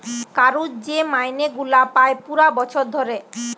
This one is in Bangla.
কারুর যে মাইনে গুলা পায় পুরা বছর ধরে